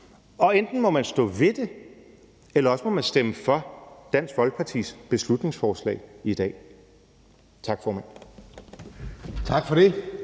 Og enten må man stå ved det, eller også må man stemme for Dansk Folkepartis beslutningsforslag i dag. Tak, formand.